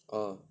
ah